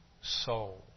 soul